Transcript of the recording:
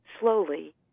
slowly